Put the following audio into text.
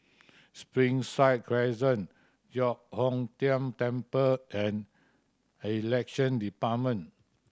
Springside Crescent Giok Hong Tian Temple and Election Department